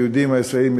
היהודים הישראלים,